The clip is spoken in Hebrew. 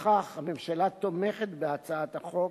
לפיכך הממשלה תומכת בהצעת החוק